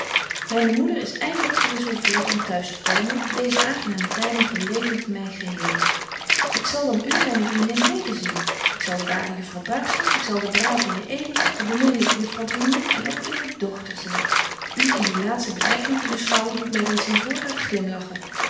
myne moeder is eindelyk geresolveert om t'huis te komen deeze aangename tyding verlevendigt my geheel ik zal dan u myne vriendin weder zien ik zal de waarde juffrouw buigzaam ik zal den braven heer edeling de beminlyke juffrouw brunier en ook uwe dochter zien u in die laatste betrekking te beschouwen doet my reeds in voorraad glimlachen